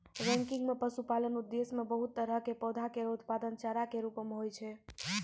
ranking म पशुपालन उद्देश्य सें बहुत तरह क पौधा केरो उत्पादन चारा कॅ रूपो म होय छै